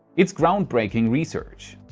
it's groundbreaking research.